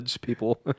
people